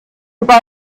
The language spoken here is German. über